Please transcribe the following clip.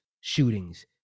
shootings